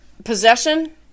Possession